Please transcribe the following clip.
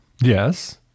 yes